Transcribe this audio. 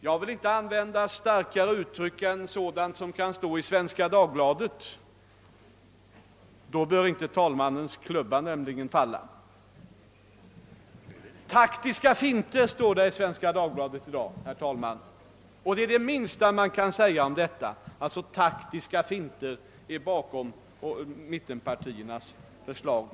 Jag vill inte använda starkare uttryck än sådana som kan tryckas i Svenska Dagbladet — då bör nämligen inte herr talmannens klubba falla. »Taktiska finter» står det i Svenska Dagbladet i dag, herr talman. Det minsta man kan säga är att det ligger taktiska finter bakom mittenpartiernas förslag.